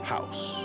House